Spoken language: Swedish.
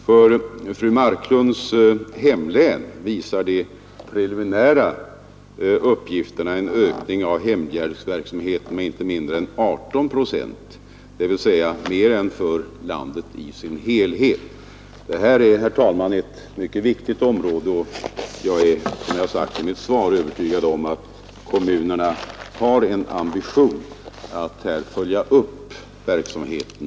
För fru Marklunds hemlän visar de preliminära uppgifterna en ökning av hemhjälpsverksamheten med inte mindre än 18 procent, dvs. mer än för landet i dess helhet. Detta är ett mycket viktigt område, och jag är — som jag sagt i mitt svar — Övertygad om att kommunerna har en ambition att följa upp verksamheten.